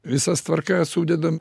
visas tvarkas sudedam